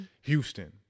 Houston